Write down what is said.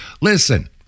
Listen